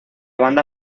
banda